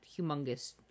humongous